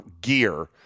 gear